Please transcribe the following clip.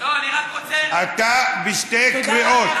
אני רק רוצה, אתה בשתי קריאות.